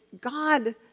God